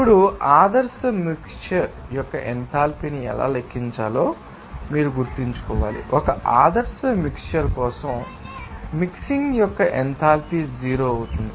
ఇప్పుడు ఆదర్శ మిక్శ్చర్ యొక్క ఎంథాల్పీని ఎలా లెక్కించాలో మీరు గుర్తుంచుకోవాలి ఒక ఆదర్శ మిక్శ్చర్ కోసం మిక్సింగ్ యొక్క ఎంథాల్పీ జీరో అవుతుంది